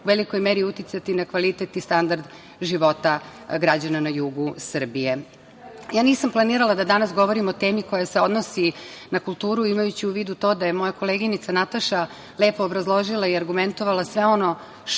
u velikoj meri uticati na kvalitet i standard života građana na jugu Srbije. Nisam planirala da danas govorim o temi koja se odnosi na kulturu imajući u vidu to da je moja koleginica Nataša lepo obrazložila i argumentovala sve ono što